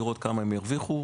לראות כמה הם ירוויחו.